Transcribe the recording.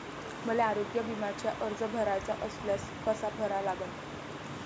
मले आरोग्य बिम्याचा अर्ज भराचा असल्यास कसा भरा लागन?